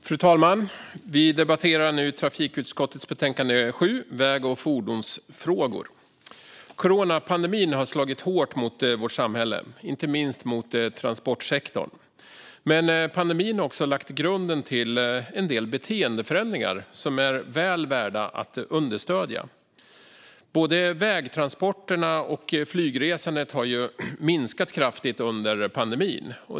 Fru talman! Vi debatterar nu trafikutskottets betänkande 7 Väg och fordonsfrågor . Coronapandemin har slagit hårt mot vårt samhälle, inte minst mot transportsektorn. Men pandemin har också lagt grunden till en del beteendeförändringar som är väl värda att understödja. Både vägtransporterna och flygresandet har ju minskat kraftigt under pandemin.